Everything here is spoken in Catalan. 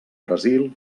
brasil